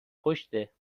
پشته